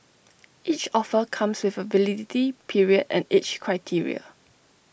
each offer comes with A validity period and age criteria